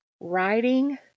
writing